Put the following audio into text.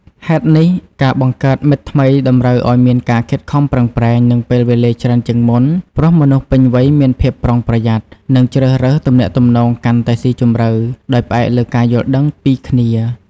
ហេតុនេះ ការបង្កើតមិត្តថ្មីតម្រូវឱ្យមានការខិតខំប្រឹងប្រែង និងពេលវេលាច្រើនជាងមុន ព្រោះមនុស្សពេញវ័យមានភាពប្រុងប្រយ័ត្ន និងជ្រើសរើសទំនាក់ទំនងកាន់តែស៊ីជម្រៅ ដោយផ្អែកលើការយល់ដឹងពីគ្នា។